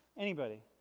anybody.